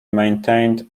maintained